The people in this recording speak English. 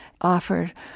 offered